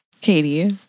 Katie